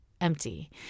empty